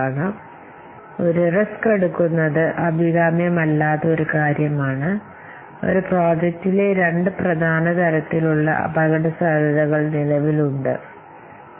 അതിനാൽ അഭികാമ്യമല്ലാത്ത ഒന്നാണെന്ന് നിങ്ങൾക്കറിയാവുന്നതുപോലെ റിസ്ക് ചെയ്യുക അഭികാമ്യമല്ലാത്ത എന്തെങ്കിലുമുണ്ടെങ്കിൽ ഒരു പ്രോജക്റ്റിലെ രണ്ട് പ്രധാന തരത്തിലുള്ള അപകടസാധ്യതകൾ രണ്ട് തരത്തിലുള്ള അപകടസാധ്യതകൾ കണ്ടെത്തും